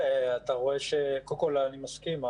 קודם כל אני מסכים,